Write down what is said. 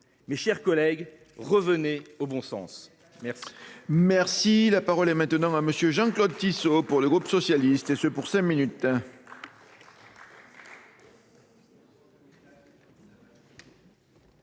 Mes chers collègues, revenez au bon sens !